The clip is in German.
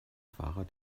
fahrer